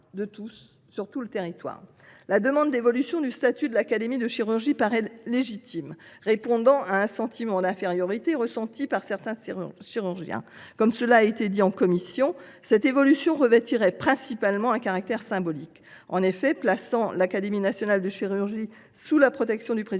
La demande d’évolution de son statut par l’Académie nationale de chirurgie paraît légitime ; elle répond à un sentiment d’infériorité ressenti par certains chirurgiens. Comme cela a été rappelé en commission, cette évolution revêtirait principalement un caractère symbolique. En effet, en plaçant l’Académie nationale de chirurgie sous la protection du Président de la République,